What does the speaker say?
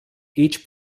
each